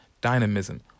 dynamism